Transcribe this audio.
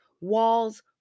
walls